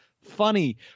funny